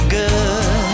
good